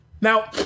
Now